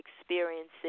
experiencing